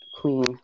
Queen